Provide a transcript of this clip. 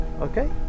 Okay